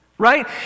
Right